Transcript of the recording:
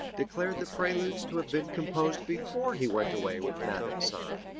declared the preludes to have been composed before he went away with madame sand,